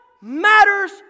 matters